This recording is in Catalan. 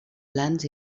plans